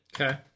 Okay